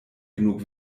genug